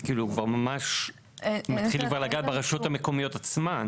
זה כבר ממש מתחיל כבר לגעת ברשויות המקומיות עצמן.